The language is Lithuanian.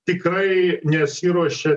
tikrai nesiruošia